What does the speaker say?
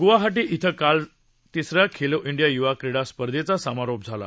गुवाहापी इथं काल तिसऱ्या खेलो इंडिया युवा क्रीडा स्पर्धेचा समारोप झाला